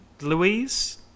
Louise